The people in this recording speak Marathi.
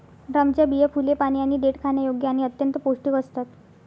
ड्रमच्या बिया, फुले, पाने आणि देठ खाण्यायोग्य आणि अत्यंत पौष्टिक असतात